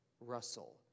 russell